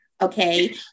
Okay